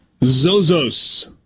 Zozos